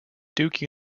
duke